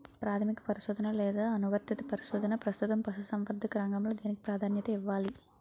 ప్రాథమిక పరిశోధన లేదా అనువర్తిత పరిశోధన? ప్రస్తుతం పశుసంవర్ధక రంగంలో దేనికి ప్రాధాన్యత ఇవ్వాలి?